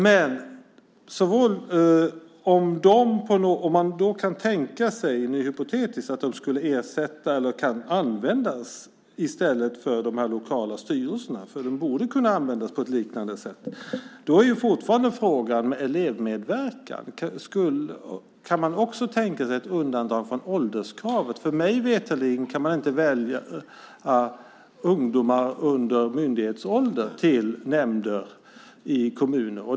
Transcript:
Men om man kan tänka sig, hypotetiskt, att de kan användas i stället för de här lokala styrelserna - de borde kunna användas på ett liknande sätt - finns fortfarande frågan om elevmedverkan. Kan man tänka sig ett undantag från ålderskravet? Mig veterligen kan man inte välja ungdomar under myndighetsålder till nämnder i kommuner.